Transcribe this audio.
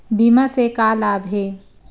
बीमा से का लाभ हे?